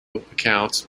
accounts